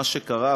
מה שקרה,